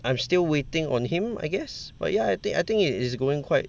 I'm still waiting on him I guess but yeah I think I think it is going quite